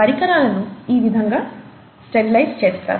పరికరాలను ఈ విధంగా స్టెరిలైజ్ చేస్తారు